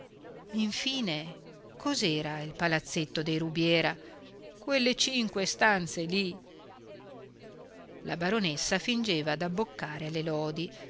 infine cos'era il palazzetto dei rubiera quelle cinque stanze lì la baronessa fingeva d'abboccare alle lodi